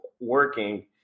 working